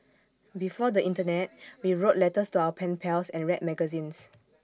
before the Internet we wrote letters to our pen pals and read magazines